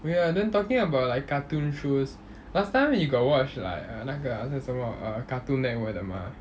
oh ya then talking about like cartoon shows last time you got watch like uh 那个好像什么 uh Cartoon Network 的 mah